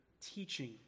teaching